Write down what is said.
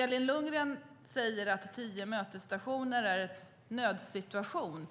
Elin Lundgren säger att tio mötesstationer är en nödlösning.